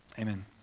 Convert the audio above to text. Amen